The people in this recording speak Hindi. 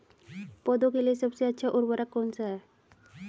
पौधों के लिए सबसे अच्छा उर्वरक कौन सा है?